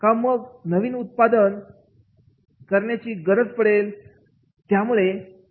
का मग नवीन उत्पादन दीक्षित करण्याची गरज पडेल